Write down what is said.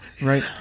Right